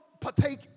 partake